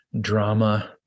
drama